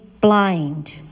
blind